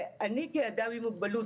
ואני כאדם עם מוגבלות,